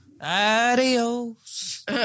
Adios